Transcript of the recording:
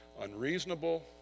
unreasonable